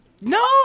No